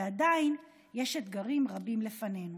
ועדיין יש אתגרים רבים לפנינו,